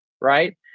Right